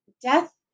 Death